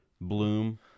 bloom